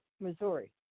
Missouri